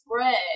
spread